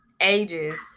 ages